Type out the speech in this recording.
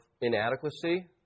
inadequacy